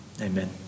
Amen